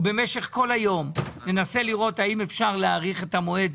ובמשך כל היום ננסה לראות האם אפשר להאריך את המועד,